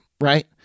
right